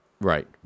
right